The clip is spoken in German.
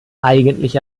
eigentlich